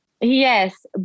Yes